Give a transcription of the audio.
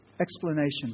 Explanation